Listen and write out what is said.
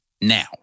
Now